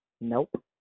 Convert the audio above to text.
Nope